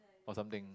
or something